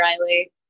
Riley